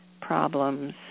problems